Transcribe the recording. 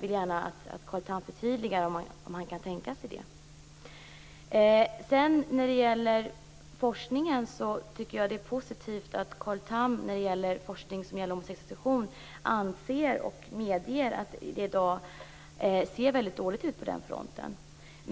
vill gärna att Carl Tham förtydligar om han kan tänka sig det. Det är positivt att Carl Tham när det gäller forskning om de homosexuellas situation anser och medger att det i dag ser väldigt dåligt ut på den fronten.